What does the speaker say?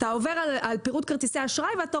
אתה עובר על פירוט כרטיסי האשראי ואתה